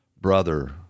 brother